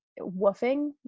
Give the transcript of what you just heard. woofing